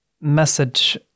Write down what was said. message